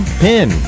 pin